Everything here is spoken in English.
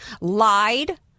lied